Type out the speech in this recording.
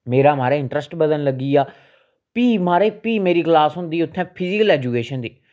मेरा महाराज इंट्रस्ट बधन लग्गी गेआ फ्ही महाराज फ्ही मेरी क्लास होंदी उत्थें फिजीकल ऐजुकेशन दी